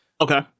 Okay